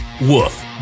Woof